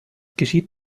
geschieht